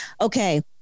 okay